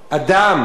את האדמה,